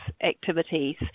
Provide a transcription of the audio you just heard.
activities